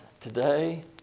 today